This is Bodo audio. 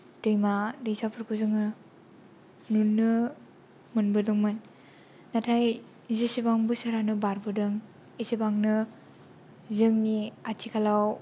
दैमा दैसाफोरखौ जोङो नुनो मोनबोदोंमोन नाथाय जिसिबां बोसोरानो बारबोदों एसेबांनो जोंनि आथिखालाव